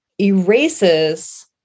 erases